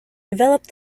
developed